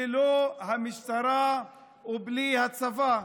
ללא המשטרה ובלי הצבא.